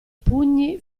pugni